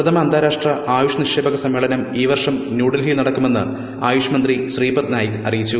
പ്രഥമ അന്താരാഷ്ട്ര ആയൂഷ് നിക്ഷേപക സമ്മേളനം ഈ വർഷം ന്യൂഡൽഹിയിൽ നടക്കുമെന്ന് ആയുഷ് മന്തി ശ്രീപദ് നായിക് അറിയിച്ചു